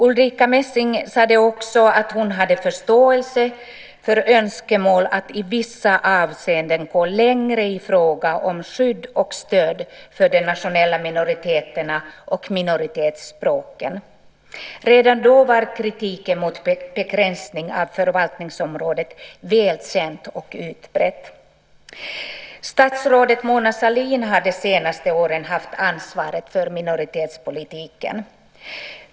Ulrica Messing sade också att hon hade förståelse för önskemål om att i vissa avseenden gå längre i fråga om skydd och stöd för de nationella minoriteterna och minoritetsspråken. Redan då var kritiken mot begränsning av förvaltningsområdet väl känt och utbrett. Statsrådet Mona Sahlin har under de senaste åren haft ansvaret för minoritetspolitiken.